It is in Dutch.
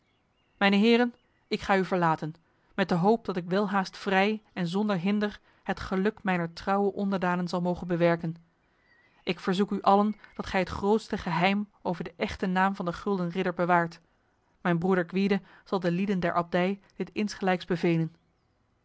mijne heren ik ga u verlaten met de hoop dat ik welhaast vrij en zonder hinder het geluk mijner trouwe onderdanen zal mogen bewerken ik verzoek u allen dat gij het grootste geheim over de echte naam van de gulden ridder bewaart mijn broeder gwyde zal de lieden der abdij dit insgelijks bevelen